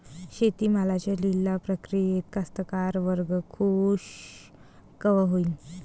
शेती मालाच्या लिलाव प्रक्रियेत कास्तकार वर्ग खूष कवा होईन?